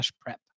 prep